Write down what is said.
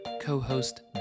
co-host